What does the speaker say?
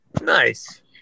Nice